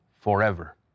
forever